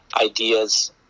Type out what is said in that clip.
ideas